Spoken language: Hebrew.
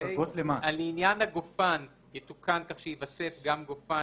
ברגע שיהיו תקנות כאלה,